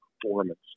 performance